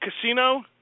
Casino